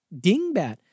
dingbat